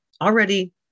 already